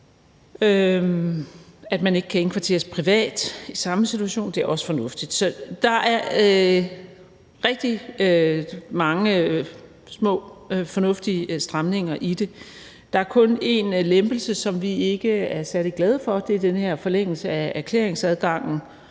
At man ikke kan indkvarteres privat i samme situation, er også fornuftigt. Der er rigtig mange små fornuftige stramninger i det. Der er kun én lempelse, som vi ikke er særlig glade for, og det er den her forlængelse af erklæringsadgangen